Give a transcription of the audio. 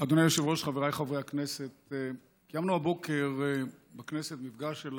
חבריי חברי הכנסת, קיימנו הבוקר בכנסת מפגש של